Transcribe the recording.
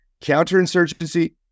counterinsurgency